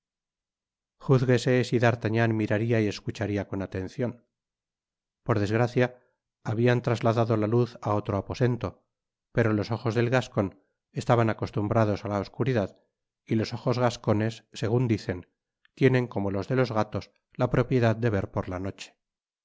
si d'artagnan miraría y escucharía con atencion por desgracia habian trasladado la luz á otro aposento pero los ojos del gascon estaban acostumbrados á la oscuridad y los ojos gascones segun dicen tienen como los de los gatos la propiedad de ver por la noche